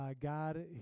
God